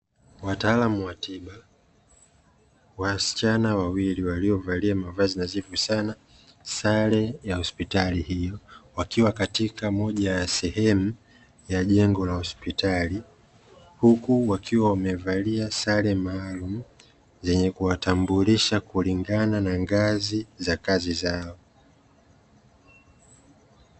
Wataalamu wa tiba, wasichana wawili waliovalia mavazi nadhifu sana, sare ya hospitali hiyo. Wakiwa katika moja ya sehemu ya jengo la hospitali huku wakiwa wamevalia sare maalumu, zenye kuwatambulisha kulingana na ngazi za kazi zao.